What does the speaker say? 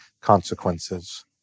consequences